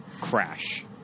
crash